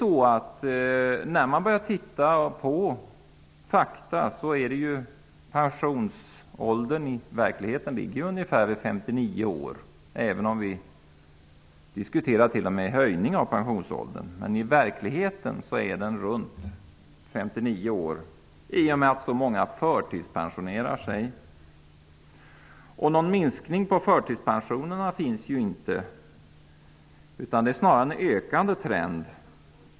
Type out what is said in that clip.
Studerar man fakta, finner man att pensionsåldern i verkligheten ligger vid ungefär 59 år, även vi t.o.m. diskuterar en höjning av pensionsåldern. Det är ju många som förtidspensionerar sig. Någon minskning av förtidspensioneringen kan inte noteras, utan trenden är snarare ökande.